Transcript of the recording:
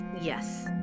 Yes